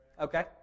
Okay